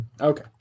okay